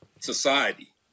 society